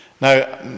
Now